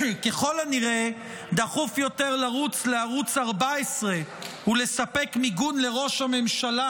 ככל הנראה דחוף יותר לרוץ לערוץ 14 ולספק מיגון לראש הממשלה